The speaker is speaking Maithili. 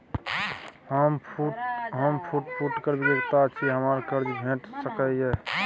हम फुटकर विक्रेता छी, हमरा कर्ज भेट सकै ये?